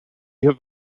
have